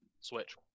switch